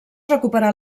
recuperà